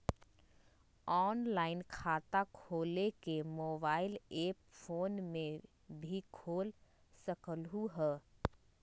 Online खाता खोले के मोबाइल ऐप फोन में भी खोल सकलहु ह?